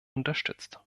unterstützt